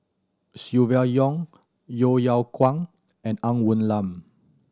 Silvia Yong Yeo Yeow Kwang and Ng Woon Lam